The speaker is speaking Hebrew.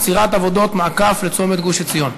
עצירת עבודות מעקף לצומת גוש-עציון.